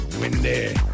Windy